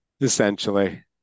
essentially